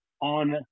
on